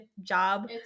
job